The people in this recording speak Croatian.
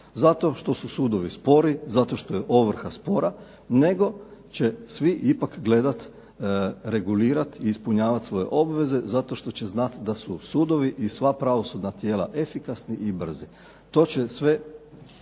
zato što su sudovi spori, zato što je ovrha spora, nego će svi ipak gledati, regulirati i ispunjavati svoje obveze zato što će znati da su sudovi i sva pravosudna tijela efikasni i brzi. To će sve